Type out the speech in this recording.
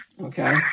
Okay